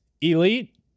elite